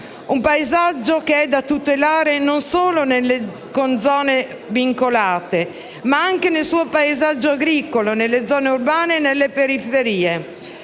un paesaggio da tutelare non solo con zone vincolate ma anche nel suo paesaggio agricolo, nelle zone urbane e nelle periferie.